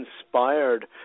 inspired